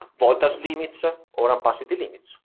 voltage limits ah or ampacity limits.